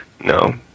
No